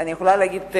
ואני יכולה להגיד,